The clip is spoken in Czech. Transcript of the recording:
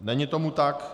Není tomu tak.